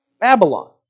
Babylon